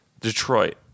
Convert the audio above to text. Detroit